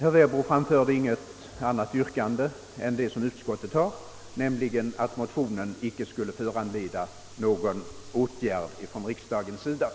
Herr Werbro framförde inget särskilt yrkande, och för min del hemställer jag endast om bifall till utskottets förslag att motionerna icke måtte föranleda någon riksdagens åtgärd.